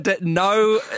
No